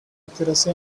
accuracy